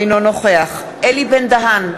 אינו נוכח אלי בן-דהן,